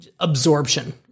absorption